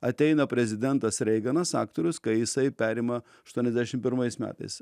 ateina prezidentas reiganas aktorius kai jisai perima aštuoniasdešim pirmais metais